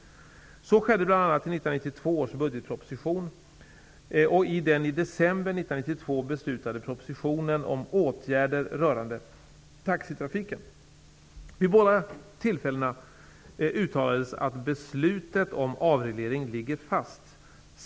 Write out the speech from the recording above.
Så skedde bl.a. 1992 beslutade propositionen 1992/93:106 om åtgärder rörande taxitrafiken. Vid båda tillfällena uttalades att beslutet om avregleringen ligger fast.